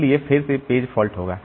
इसलिए फिर से पेज फॉल्ट होगा